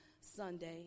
Sunday